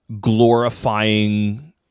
glorifying